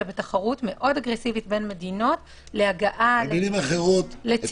ובתחרות מאוד אגרסיבית בין מדינות להגעה לציוד -- במילים אחרות את